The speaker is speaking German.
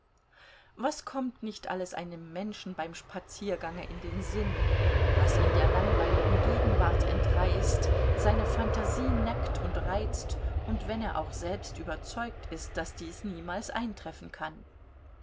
was kommt nicht alles einem menschen beim spaziergange in den sinn was ihn der langweiligen gegenwart entreißt seine phantasie neckt und reizt und wenn er auch selbst überzeugt ist daß dies niemals eintreffen kann